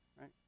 right